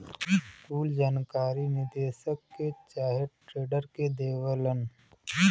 कुल जानकारी निदेशक के चाहे ट्रेडर के देवलन